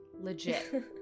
Legit